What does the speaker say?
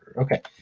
okay,